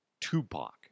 Tupac